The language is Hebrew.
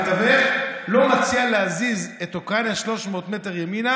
מדוע נפתלי המתווך לא מציע להזיז את אוקראינה 300 מטר ימינה,